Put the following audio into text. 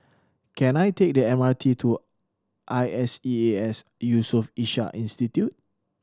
can I take the M R T to I S E A S Yusof Ishak Institute